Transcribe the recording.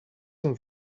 some